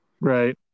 Right